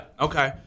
okay